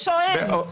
יש או אין?